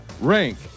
rank